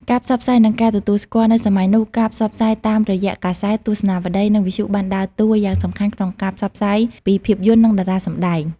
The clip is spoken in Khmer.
ការផ្សព្វផ្សាយនិងការទទួលស្គាល់ នៅសម័យនោះ ការផ្សព្វផ្សាយតាមរយៈកាសែត ទស្សនាវដ្ដី និងវិទ្យុបានដើរតួយ៉ាងសំខាន់ក្នុងការផ្សព្វផ្សាយពីភាពយន្តនិងតារាសម្តែង។